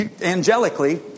Angelically